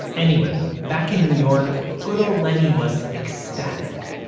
anyway, back in new york, good ol lenny was ecstatic